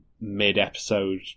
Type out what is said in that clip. mid-episode